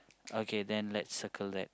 okay then let's circle that